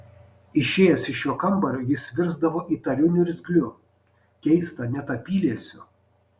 išėjęs iš šio kambario jis virsdavo įtariu niurgzliu keista net apyliesiu